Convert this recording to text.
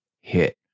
hit